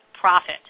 profit